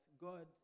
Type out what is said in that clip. God